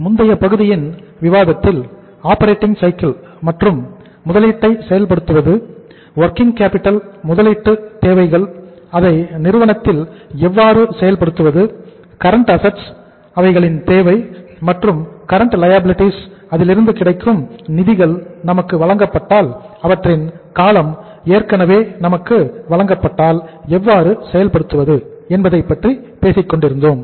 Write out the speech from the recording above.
முந்தைய பகுதியின் விவாதத்தில் ஆப்பரேட்டிங் சைக்கிள் லிருந்து கிடைக்கும் நிதிகள் நமக்கு வழங்கப்பட்டால் அவற்றின் காலம் ஏற்கனவே நமக்கு வழங்கப்பட்டால் எவ்வாறு செயல்படுத்துவது என்பதை பற்றி பேசிக்கொண்டிருந்தோம்